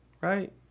Right